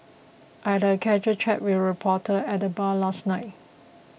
I had a casual chat with a reporter at the bar last night